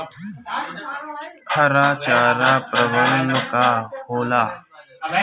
हरा चारा प्रबंधन का होला?